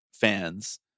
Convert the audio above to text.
fans